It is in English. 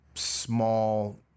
small